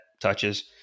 touches